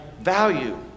value